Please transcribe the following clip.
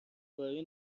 گاری